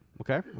okay